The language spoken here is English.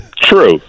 True